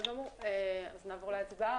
אז נעבור להצבעה.